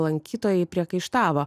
lankytojai priekaištavo